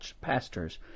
pastors